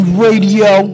radio